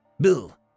Bill